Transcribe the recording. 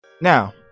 Now